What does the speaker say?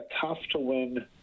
tough-to-win